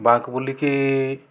ବାଁକୁ ବୁଲିକି